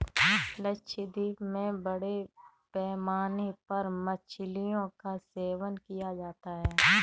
लक्षद्वीप में बड़े पैमाने पर मछलियों का सेवन किया जाता है